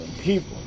people